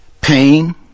pain